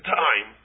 time